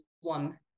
one